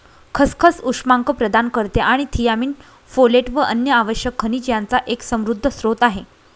खसखस उष्मांक प्रदान करते आणि थियामीन, फोलेट व अन्य आवश्यक खनिज यांचा एक समृद्ध स्त्रोत आहे